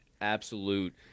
absolute